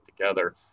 together